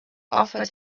offered